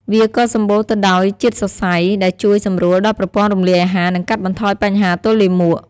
វាក៏សម្បូរទៅដោយជាតិសរសៃដែលជួយសម្រួលដល់ប្រព័ន្ធរំលាយអាហារ និងកាត់បន្ថយបញ្ហាទល់លាមក។